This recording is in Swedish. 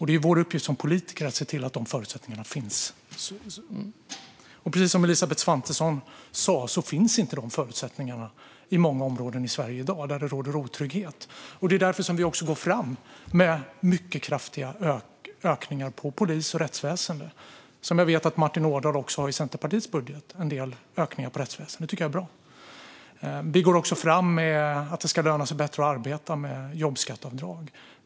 Det är vår uppgift som politiker att se till att de förutsättningarna finns, och precis som Elisabeth Svantesson sa finns inte de förutsättningarna i dag i många områden i Sverige där det råder otrygghet. Det är också därför vi går fram med mycket kraftiga ökningar på polis och rättsväsen. Jag vet att Martin Ådahl i Centerpartiets budget också har en del ökningar på rättsväsendet. Det tycker jag är bra. Vi går också fram med att det ska löna sig bättre att arbeta med jobbskatteavdrag.